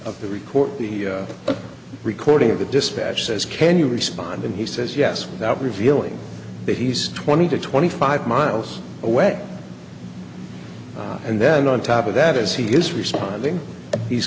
of the record the recording of the dispatch says can you respond and he says yes without revealing that he's twenty to twenty five miles away and then on top of that as he is responding he